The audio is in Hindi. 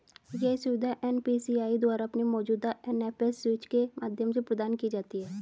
यह सुविधा एन.पी.सी.आई द्वारा अपने मौजूदा एन.एफ.एस स्विच के माध्यम से प्रदान की जाती है